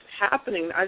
happening